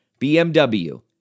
BMW